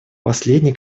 последний